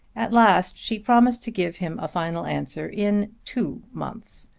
at last she promised to give him a final answer in two months,